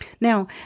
Now